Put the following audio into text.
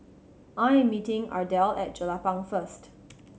I am meeting Ardelle at Jelapang first